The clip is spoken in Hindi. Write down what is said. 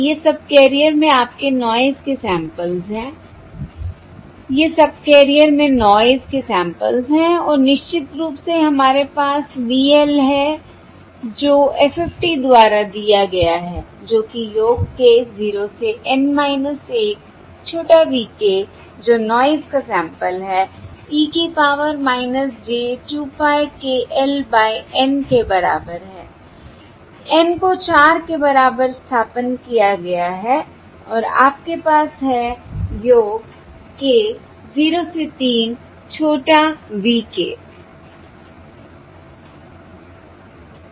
ये सबकैरियर में आपके नॉयस के सैंपल्स हैं ये सबकैरियर में नॉयस के सैंपल्स हैं और निश्चित रूप से हमारे पास V l है जो FFT द्वारा दिया गया है जो कि योग K 0 से N 1 छोटा v k जो नॉयस का सैंपल है e की power j 2 pie k l by N के बराबर है N को 4 के बराबर स्थानापन्न किया गया है और आपके पास है योग k 0 से 3 छोटा v k